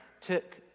took